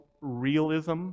realism